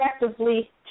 effectively